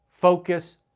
focus